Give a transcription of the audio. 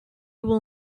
will